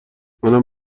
منم